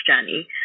journey